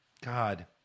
god